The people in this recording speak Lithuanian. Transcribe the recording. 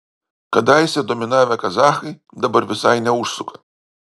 kadaise dominavę kazachai dabar visai neužsuka